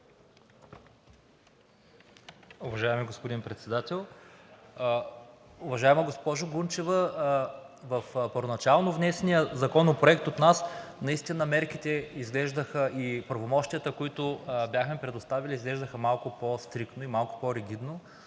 Уважаеми господин Председател! Уважаема госпожо Гунчева, в първоначално внесения законопроект от нас наистина мерките и правомощията, които бяхме предоставили, изглеждаха малко по-стриктно и малко по-ригидно.